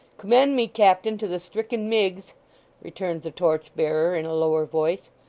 commend me, captain, to the stricken miggs returned the torch-bearer in a lower voice.